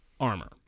armor